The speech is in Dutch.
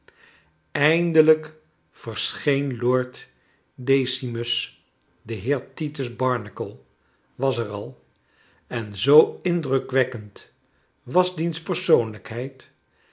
eindelijk verscheen lord decimus de heer titus barnacle was er al en zoo indrukwekkend was diens persoonlijkheid